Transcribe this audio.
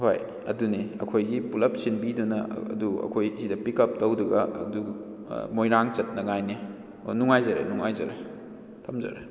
ꯍꯣꯏ ꯑꯗꯨꯅꯦ ꯑꯩꯈꯣꯏꯒꯤ ꯄꯨꯜꯂꯞ ꯁꯤꯟꯕꯤꯗꯅ ꯑꯗꯨ ꯑꯩꯈꯣꯏ ꯁꯤꯗ ꯄꯤꯛ ꯎꯞ ꯇꯧꯔꯒ ꯑꯗꯨ ꯃꯣꯏꯔꯥꯡ ꯆꯠꯅꯉꯥꯏꯅꯦ ꯅꯨꯡꯉꯥꯏꯖꯔꯦ ꯅꯨꯡꯉꯥꯏꯖꯔꯦ ꯊꯝꯖꯔꯦ